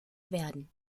werden